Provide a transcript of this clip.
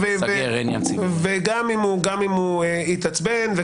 גם אם הוא התעצבן.